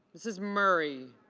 mrs. murray